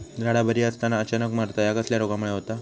झाडा बरी असताना अचानक मरता हया कसल्या रोगामुळे होता?